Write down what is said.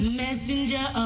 messenger